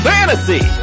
Fantasy